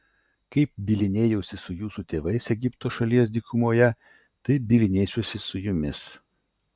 kaip bylinėjausi su jūsų tėvais egipto šalies dykumoje taip bylinėsiuosi su jumis